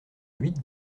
huit